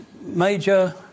Major